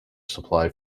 supply